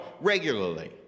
regularly